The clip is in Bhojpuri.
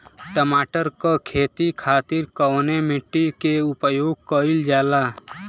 टमाटर क खेती खातिर कवने मिट्टी के उपयोग कइलजाला?